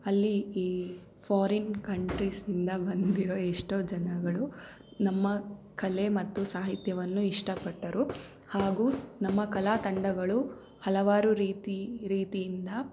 ಅಲ್ಲಿ ಈ foreign countries ಇಂದ ಬಂದಿರೋ ಎಷ್ಟೋ ಜನಗಳು ನಮ್ಮ ಕಲೆ ಮತ್ತು ಸಾಹಿತ್ಯವನ್ನು ಇಷ್ಟಪಟ್ಟರು ಹಾಗೂ ನಮ್ಮ ಕಲಾ ತಂಡಗಳು ಹಲವಾರು ರೀತಿ ರೀತಿಯಿಂದ